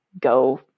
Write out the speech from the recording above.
go